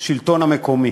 השלטון המקומי,